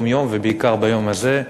יום-יום ובעיקר ביום הזה.